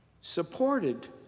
supported